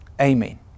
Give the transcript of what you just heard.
Amen